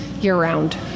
year-round